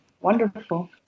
Wonderful